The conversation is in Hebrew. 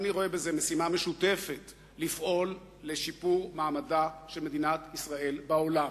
אני רואה בזה משימה משותפת לפעול לשיפור מעמדה של מדינת ישראל בעולם,